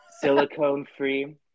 silicone-free